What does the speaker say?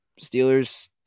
Steelers